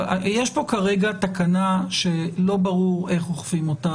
יש פה כרגע תקנה שלא ברור איך אוכפים אותה,